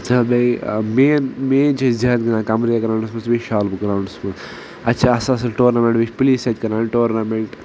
main مین چھ أسۍ زیادِ گنٛدان قمَرِیا گراوُنڈَس منٛزتہِ بییہ شالبُگ گراوُنڈَس منٛز اتہِ چھِ آسان اصل اصل ٹورنمینٹ بییہ چھُ پُلیس تہِ اتہِ کَران ٹورنمینٹ